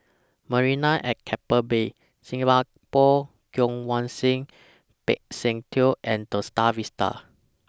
Marina At Keppel Bay Singapore Kwong Wai Siew Peck San Theng and The STAR Vista